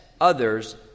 others